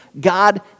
God